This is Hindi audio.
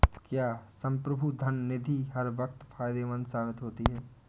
क्या संप्रभु धन निधि हर वक्त फायदेमंद साबित होती है?